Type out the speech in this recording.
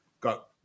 got